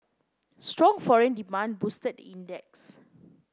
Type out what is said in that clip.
strong foreign demand boosted the index